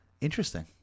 Interesting